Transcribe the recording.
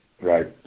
Right